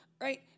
right